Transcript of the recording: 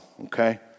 okay